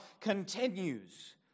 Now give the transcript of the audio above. continues